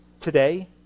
Today